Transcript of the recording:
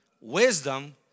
Wisdom